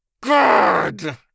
good